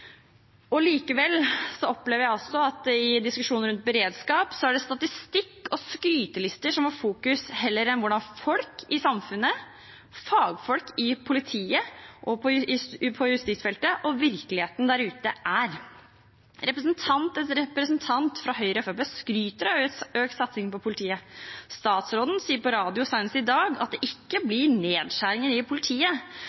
gjengkriminalitet. Likevel opplever jeg også at i diskusjonen rundt beredskap er det statistikk og skrytelister det fokuseres på, heller enn hvordan folk i samfunnet, fagfolk i politiet og på justisfeltet beskriver virkeligheten der ute. Representant etter representant fra Høyre og Fremskrittspartiet skryter av økt satsing på politiet. Statsråden sa på radio senest i dag at det ikke